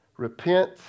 Repent